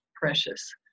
precious